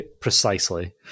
precisely